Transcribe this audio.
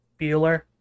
Bueller